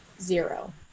zero